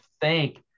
thank